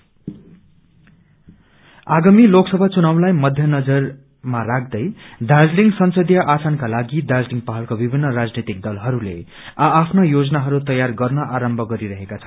election plan आगामी लोकसभा चुनावलाई मध्य नजरमा राख्दै दार्जीलिङ संसदीय आसनका लागि दार्जीलिङ पहाड़का विभिन्न राजनैतिक दलहरूले आ आफ्ना योजनाहरू तैयार गर्न आरम्भ गरि रहेका छन्